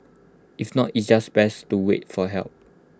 if not it's just best to wait for help